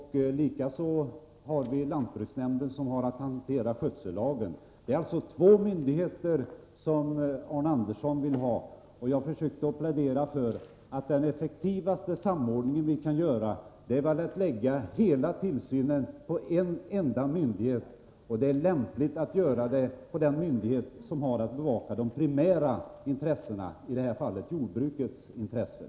Likaså har vi lantbruksnämnden, som skall hantera skötsellagen. Arne Andersson vill alltså ha två myndigheter. Jag försökte förklara att vi får den mest effektiva samordningen genom att lägga hela tillsynen på en enda myndighet. Det är då lämpligt att lägga den på den myndighet som har att bevaka de primära intressena, i detta fall jordbrukets intressen.